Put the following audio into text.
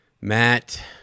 Matt